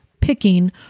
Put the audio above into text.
picking